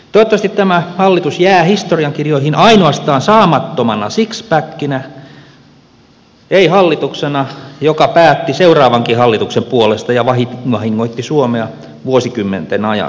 toivottavasti tämä hallitus jää historiankirjoihin ainoastaan saamattomana sixpackinä ei hallituksena joka päätti seuraavankin hallituksen puolesta ja vahingoitti suomea vuosikymmenten ajaksi